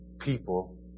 people